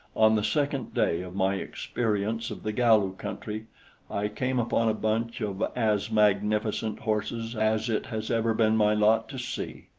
on the second day of my experience of the galu country i came upon a bunch of as magnificent horses as it has ever been my lot to see.